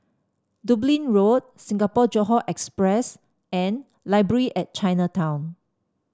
Dublin Road Singapore Johore Express and Library at Chinatown